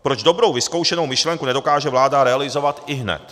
Proč dobrou vyzkoušenou myšlenku nedokáže vláda realizovat ihned?